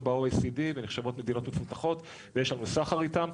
ב-OECD ונחשבות למדינות מפותחות ויש לנו סחר איתן,